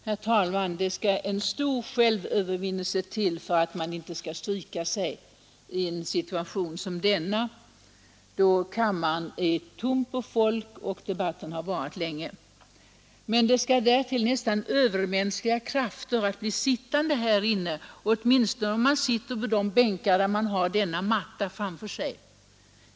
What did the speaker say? Herr talman! Det skall stor självövervinnelse till för att inte stryka sig i en situation som denna då kammaren är tom på folk och debatten har varat länge. Men det skall dessutom nästan övermänskliga krafter till för att bli sittande här inne — åtminstone om man har sin plats i någon av de bänkar där man har denna matta framför sig.